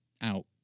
out